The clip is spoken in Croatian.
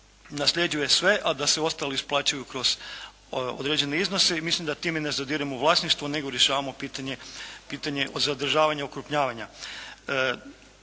nasljeđuje sve, da se ostali isplaćuju kroz određene iznose i mislim da time ne zadiremo u vlasništvo nego rješavamo pitanje o zadržavanju okrupnjavanja.